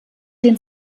den